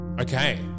Okay